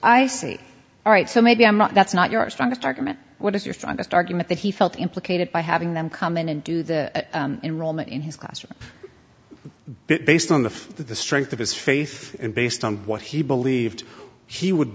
i see all right so maybe i'm not that's not your strongest argument what is your strongest argument that he felt implicated by having them come in and do the enrollment in his classroom based on the the strength of his faith and based on what he believed he would